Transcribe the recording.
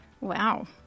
Wow